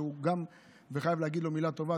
ואני חייב להגיד לו מילה טובה.